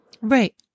Right